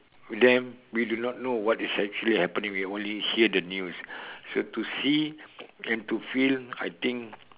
them we do not know what is actually happening we only hear the news so to see and to feel I think